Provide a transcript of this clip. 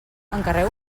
encarrego